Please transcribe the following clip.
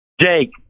Jake